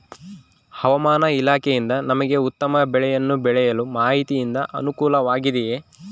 ಹವಮಾನ ಇಲಾಖೆಯಿಂದ ನಮಗೆ ಉತ್ತಮ ಬೆಳೆಯನ್ನು ಬೆಳೆಯಲು ಮಾಹಿತಿಯಿಂದ ಅನುಕೂಲವಾಗಿದೆಯೆ?